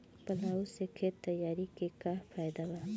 Plough से खेत तैयारी के का फायदा बा?